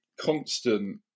constant